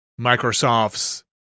Microsoft's